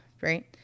right